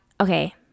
okay